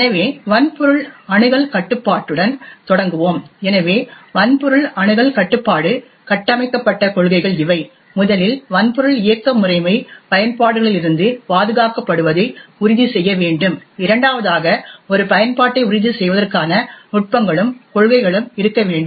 எனவே வன்பொருள் அணுகல் கட்டுப்பாட்டுடன் தொடங்குவோம் எனவே வன்பொருள் அணுகல் கட்டுப்பாடு கட்டமைக்கப்பட்ட கொள்கைகள் இவை முதலில் வன்பொருள் இயக்க முறைமை பயன்பாடுகளிலிருந்து பாதுகாக்கப்படுவதை உறுதி செய்ய வேண்டும் இரண்டாவதாக ஒரு பயன்பாட்டை உறுதி செய்வதற்கான நுட்பங்களும் கொள்கைகளும் இருக்க வேண்டும்